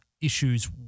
issues